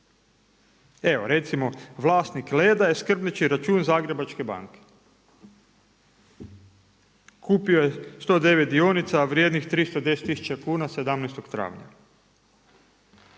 Evo, recimo, vlasnik Leda je skrbnički račun Zagrebačke banke. Kupio je 109 dionica vrijednih 310 tisuća kuna 17. travnja.